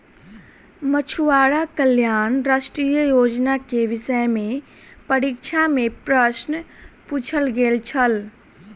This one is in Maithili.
मछुआरा कल्याण राष्ट्रीय योजना के विषय में परीक्षा में प्रश्न पुछल गेल छल